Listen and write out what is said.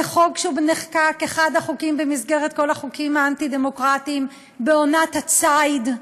זה חוק שנחקק כאחד החוקים במסגרת כל החוקים האנטי-דמוקרטיים בעונת הציד,